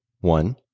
One